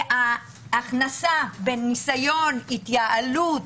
ההכנסה בניסיון, התייעלות